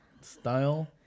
style